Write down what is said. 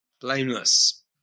blameless